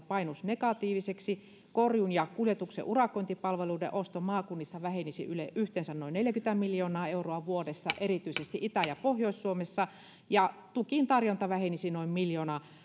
painuisi negatiiviseksi korjuun ja kuljetuksen urakointipalveluiden osto maakunnissa vähenisi yhteensä noin neljäkymmentä miljoonaa euroa vuodessa erityisesti itä ja pohjois suomessa ja tukin tarjonta vähenisi noin miljoona